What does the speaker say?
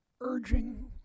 urging